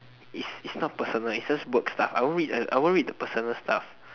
is it's not personal it's just work stuff I won't read the personal stuff